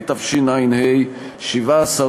-יסוד: הכנסת,